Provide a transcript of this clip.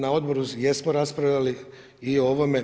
Na odboru jesmo raspravljali i o ovome.